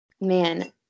man